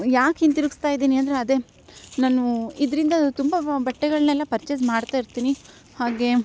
ಯಾಕೆ ಹಿಂತಿರುಗಿಸ್ತಾ ಇದ್ದೀನಿ ಅಂದರೆ ಅದೇ ನಾನು ಇದರಿಂದ ತುಂಬ ಬಟ್ಟೆಗಳನ್ನೆಲ್ಲ ಪರ್ಚೇಸ್ ಮಾಡ್ತಾ ಇರ್ತೀನಿ ಹಾಗೇ